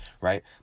right